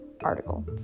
article